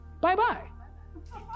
Bye-bye